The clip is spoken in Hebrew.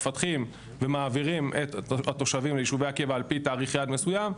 מפתחים ומעבירים את התושבים ליישובי הקבע על פי יעד מסוים,